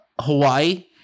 Hawaii